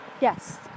Yes